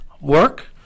work